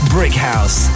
Brickhouse